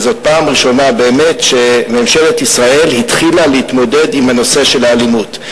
וזאת פעם ראשונה באמת שממשלת ישראל התחילה להתמודד עם נושא האלימות.